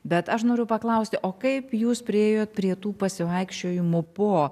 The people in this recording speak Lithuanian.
bet aš noriu paklausti o kaip jūs priėjot prie tų pasivaikščiojimų po